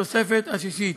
התוספת השישית.